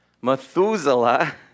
Methuselah